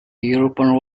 european